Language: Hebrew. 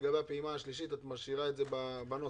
לגבי הפעימה השלישית היא נשארת בנוסח?